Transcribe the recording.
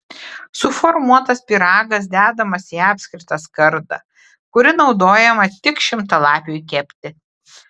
suformuotas pyragas dedamas į apskritą skardą kuri naudojama tik šimtalapiui kepti